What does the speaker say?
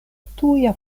tuja